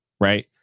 right